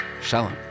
Shalom